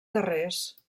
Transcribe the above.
carrers